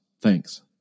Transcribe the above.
Thanks